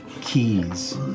keys